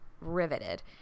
riveted